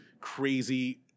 crazy